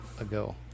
ago